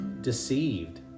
deceived